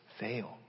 fail